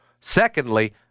Secondly